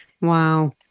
Wow